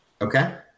okay